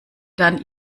dann